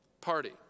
party